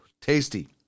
Tasty